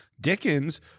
Dickens